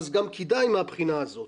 אז כדאי גם מהבחינה הזאת.